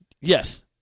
Yes